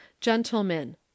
gentlemen